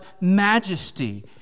majesty